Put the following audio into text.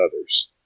others